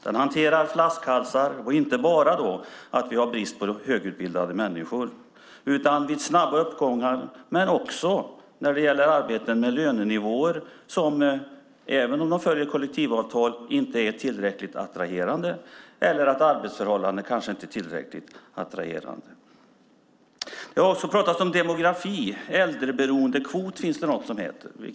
Den hanterar flaskhalsar och inte bara att vi har brist på högutbildade människor. Den fungerar vid snabba uppgångar men också när det gäller arbeten med lönenivåer som även om de följer kollektivavtal inte är tillräckligt attraherande eller med arbetsförhållanden som kanske inte är tillräckligt attraherande. Det talas om demografi. Det finns någonting som heter äldreberoendekvot.